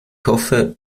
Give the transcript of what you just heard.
hoffe